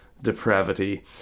Depravity